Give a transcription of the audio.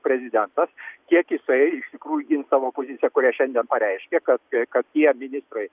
prezidentas kiek jisai iš tikrųjų gins savo poziciją kurią šiandien pareiškė kad kad tie ministrai